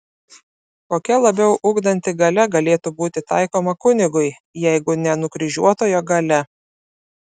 kokia labiau ugdanti galia galėtų būti taikoma kunigui jeigu ne nukryžiuotojo galia